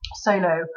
solo